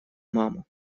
маму